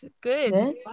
good